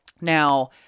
Now